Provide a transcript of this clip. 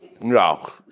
No